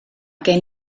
gen